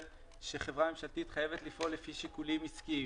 שחברה ממשלתית חייבת לפעול לפי שיקולים עסקיים,